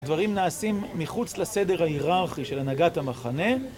דברים נעשים מחוץ לסדר ההיררכי של הנהגת המחנה